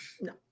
No